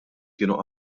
kienu